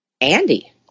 Andy